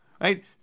right